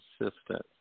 consistent